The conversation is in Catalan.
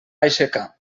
aixecar